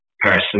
person